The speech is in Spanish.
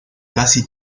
casi